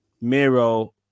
Miro